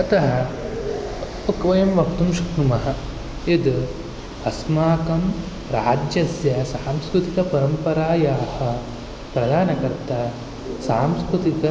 अतः वयं वक्तुं शक्नुमः यद् अस्माकं राज्यस्य सांस्कृतिकपरम्परायाः प्रधानकर्ता सांस्कृतिक